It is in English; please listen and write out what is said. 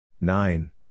nine